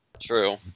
True